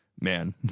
man